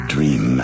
Dream